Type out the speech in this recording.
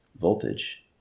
voltage